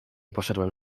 poszedłem